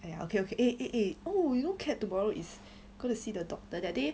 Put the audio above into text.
ya okay eh eh eh oh you know kat tomorrow is going to see the doctor that day